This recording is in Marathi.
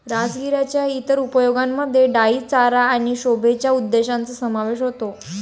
राजगिराच्या इतर उपयोगांमध्ये डाई चारा आणि शोभेच्या उद्देशांचा समावेश होतो